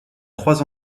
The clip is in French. trois